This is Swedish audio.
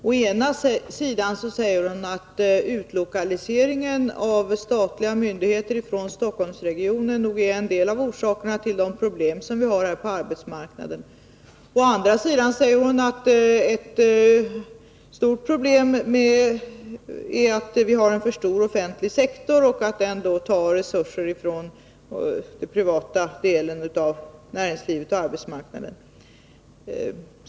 Å ena sidan sade hon att utlokaliseringen av statliga myndigheter från Stockholmsregionen nog är en del av orsaken till de problem vi har på arbetsmarknaden, men å den andra sade hon att ett stort problem är att vi har en för stor offentlig sektor, som tar resurser från den privata delen av näringslivet och arbetsmarknaden.